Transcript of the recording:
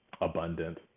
abundant